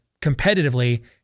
competitively